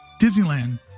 Disneyland